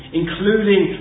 including